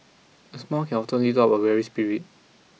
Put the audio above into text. a smile can often lift up a weary spirit